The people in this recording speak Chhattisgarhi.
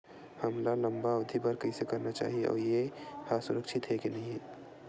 हमन ला लंबा अवधि के बर कइसे करना चाही अउ ये हा सुरक्षित हे के नई हे?